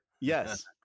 Yes